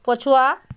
ପଛୁଆ